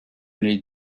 les